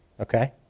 okay